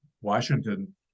Washington